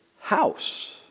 house